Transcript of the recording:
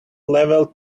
level